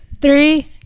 Three